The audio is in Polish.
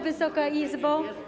Wysoka Izbo!